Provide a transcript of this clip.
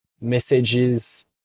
messages